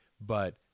but-